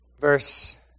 verse